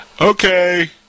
Okay